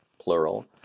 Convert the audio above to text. plural